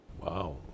Wow